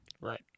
Right